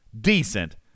decent